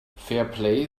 fairplay